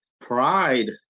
Pride